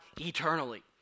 eternally